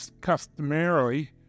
customarily